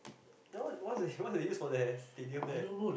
then what they what they what they use for the stadium there